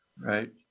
right